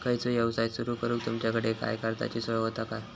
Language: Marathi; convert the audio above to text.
खयचो यवसाय सुरू करूक तुमच्याकडे काय कर्जाची सोय होता काय?